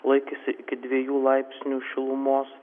laikėsi iki dviejų laipsnių šilumos